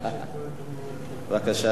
רק בשבילה.